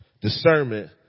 discernment